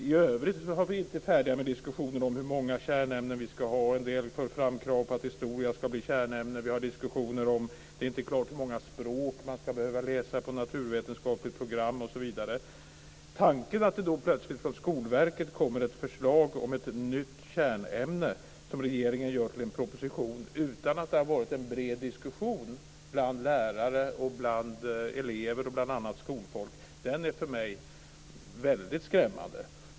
I övrigt var vi inte färdiga med diskussionen om hur många kärnämnen vi ska ha. En del för fram krav på att historia ska bli kärnämne. Vi har diskussioner om - det är inte klart - hur många språk man ska behöva läsa på naturvetenskapligt program, osv. Tanken att det då plötsligt från Skolverket kommer ett förslag om ett nytt kärnämne som regeringen gör till en proposition utan att det har varit en bred diskussion bland lärare och elever och annat skolfolk är för mig väldigt skrämmande.